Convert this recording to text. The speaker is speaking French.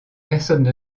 personne